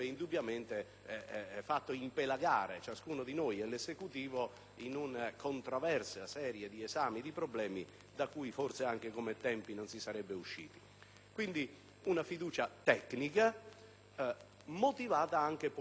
fatto impelagare ciascuno di noi e l'Esecutivo in una controversa serie di esami e di problemi, da cui, anche come tempi, non si sarebbe usciti. Quindi, una fiducia tecnica motivata anche politicamente.